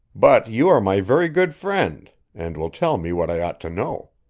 but you are my very good friend, and will tell me what i ought to know.